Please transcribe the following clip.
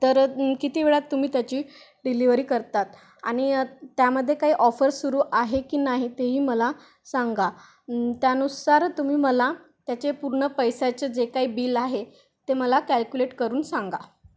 तर किती वेळात तुम्ही त्याची डिलिवरी करतात आणि त्यामध्ये काही ऑफर सुरू आहे की नाही तेही मला सांगा त्यानुसार तुम्ही मला त्याचे पूर्ण पैशाचे जे काही बिल आहे ते मला कॅल्कुलेट करून सांगा